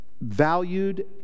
valued